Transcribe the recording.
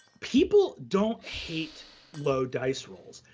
people don't hate low dice rolls.